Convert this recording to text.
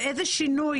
ואיזה שינוי,